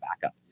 backup